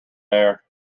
air